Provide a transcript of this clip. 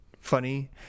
funny